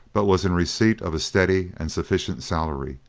but was in receipt of a steady and sufficient salary,